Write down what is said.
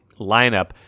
lineup